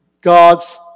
God's